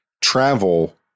travel